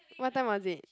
what time was it